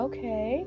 Okay